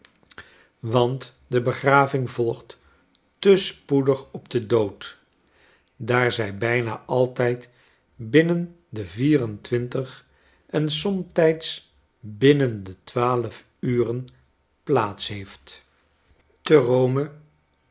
want de begraving volgt te spoedig op den dood daar zij bijna altijd binnen de vier en twintig en somtijds binnen de twaalf uren plaats heeft te rome